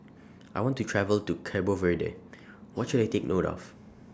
I want to travel to Cabo Verde What should I Take note of